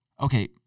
okay